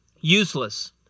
Useless